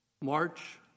March